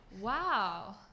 Wow